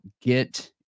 get